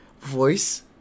voice